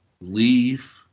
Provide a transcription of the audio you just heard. leave